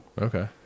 Okay